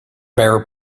bare